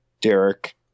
Derek